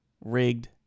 rigged